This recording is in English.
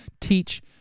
teach